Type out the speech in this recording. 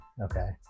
Okay